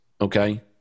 okay